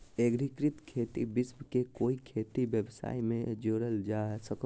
एग्रिकृत खेती विश्व के कोई खेती व्यवस्था में जोड़ल जा सको हइ